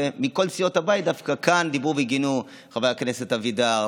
מכל סיעות הבית דווקא כאן דיברו וגינו: חבר הכנסת אבידר,